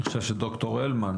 אני חושב שד"ר הלמן,